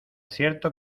cierto